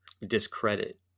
discredit